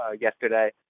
yesterday